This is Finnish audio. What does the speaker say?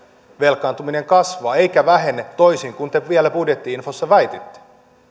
velkaantuminen kasvaa eikä vähene toisin kuin te vielä budjetti infossa väititte